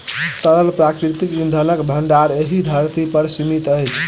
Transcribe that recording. तरल प्राकृतिक इंधनक भंडार एहि धरती पर सीमित अछि